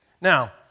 Now